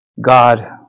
God